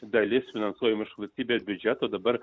dalis nuo klojime iš valstybės biudžeto dabar